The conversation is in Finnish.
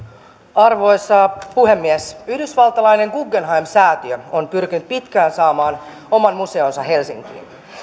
arvoisa puhemies yhdysvaltalainen guggenheim säätiö on pyrkinyt pitkään saamaan oman museonsa helsinkiin